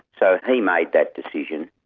so he made that decision,